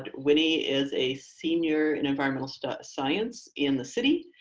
ah winnie is a senior in environmental science in the city.